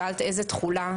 שאלת איזה תכולה.